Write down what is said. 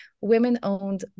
women-owned